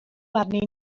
arnyn